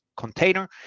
container